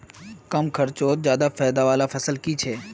कम खर्चोत ज्यादा फायदा वाला फसल की छे?